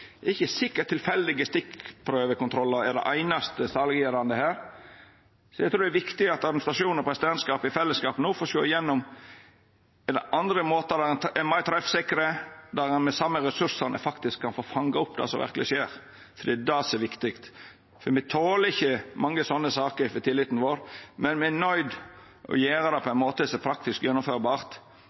er ikkje sikkert tilfeldige stikkprøvekontrollar er det einaste saliggjerande. Eg trur det er viktig at administrasjonen og presidentskapet i fellesskap no får sjå om det er andre måtar som er meir treffsikre, der ein med dei same ressursane faktisk kan få fanga opp det som verkeleg skjer, for det er det som er viktig. Tilliten vår toler ikkje mange slike saker, men me er nøydde til å gjera det på ein måte som er praktisk